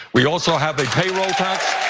we also have a payroll tax.